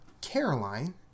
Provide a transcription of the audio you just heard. Caroline